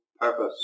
purpose